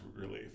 relief